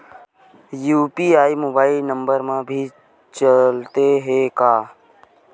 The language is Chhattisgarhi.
यू.पी.आई मोबाइल नंबर मा भी चलते हे का?